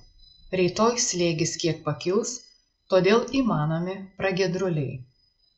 rytoj slėgis kiek pakils todėl įmanomi pragiedruliai